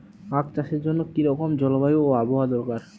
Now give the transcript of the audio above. আখ চাষের জন্য কি রকম জলবায়ু ও আবহাওয়া দরকার?